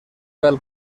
pel